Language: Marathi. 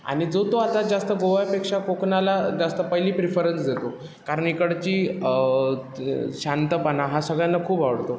आणि जो तो आता जास्त गोव्यापेक्षा कोकणाला जास्त पहिली प्रिफरन्स देतो कारण इकडची शांतपणा हा सगळ्यांना खूप आवडतो